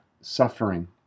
suffering